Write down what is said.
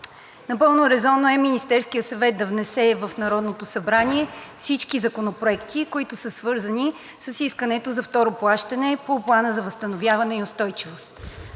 Напълно резонно е Министерският съвет да внесе в Народното събрание всички законопроекти, които са свързани с искането за второ плащане по Плана за възстановяване и устойчивост.